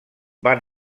van